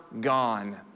gone